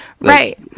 right